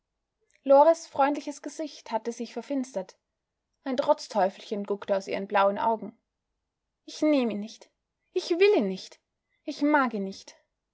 lores freundliches gesicht hatte sich verfinstert ein trotzteufelchen guckte aus ihren blauen augen ich nehm ihn nicht ich will ihn nicht ich mag ihn nicht